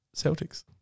Celtics